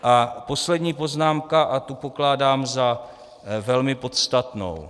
A poslední poznámka a tu pokládám za velmi podstatnou.